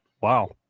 Wow